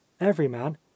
everyman